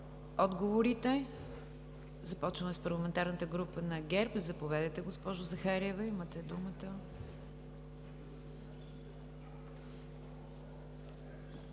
отговорите. Започваме с парламентарната група на ГЕРБ – заповядайте, госпожо Захариева, имате думата.